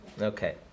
Okay